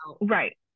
right